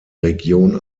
region